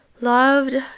loved